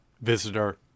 visitor